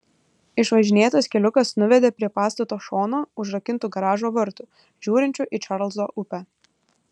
išvažinėtas keliukas nuvedė prie pastato šono užrakintų garažo vartų žiūrinčių į čarlzo upę